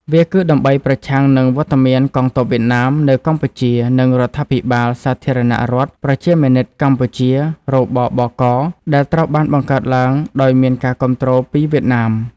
វាគឺដើម្បី ប្រឆាំងនឹងវត្តមានកងទ័ពវៀតណាមនៅកម្ពុជា និងរដ្ឋាភិបាលសាធារណរដ្ឋប្រជាមានិតកម្ពុជា រ.ប.ប.ក. ដែលត្រូវបានបង្កើតឡើងដោយមានការគាំទ្រពីវៀតណាម ។